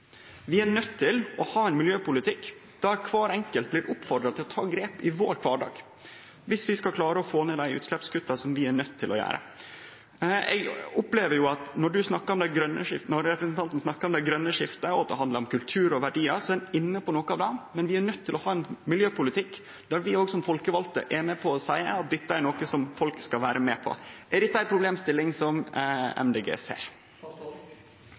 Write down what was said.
er vi nøydde til å ha folk med oss. Vi er nøydde til å ha ein miljøpolitikk der kvar einskild blir oppfordra til å ta grep i sin kvardag om vi skal klare å få til utslippskutta, slik vi er nøydde til. Eg opplever at når representanten snakkar om det grøne skiftet, at det handlar om kultur og verdiar, er ein inne på noko av det, men vi er nøydde til å ha ein miljøpolitikk der vi òg som folkevalde er med på å seie at dette er noko som folk skal vere med på. Er dette ei problemstilling som Miljøpartiet Dei Grøne ser?